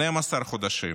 12 חודשים,